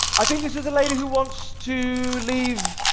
i think this is a lady who wants to leave